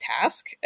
task